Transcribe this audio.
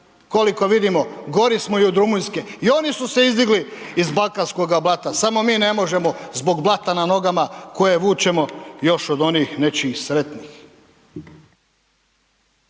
koliko vidimo gori smo i od Rumunjske, i oni su se izdigli iz balkanskoga blata, samo mi ne možemo zbog blata na nogama koje vučemo još od onih nečijih sretnih.